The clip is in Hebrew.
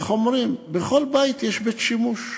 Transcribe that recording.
איך אומרים, בכל בית יש בית-שימוש,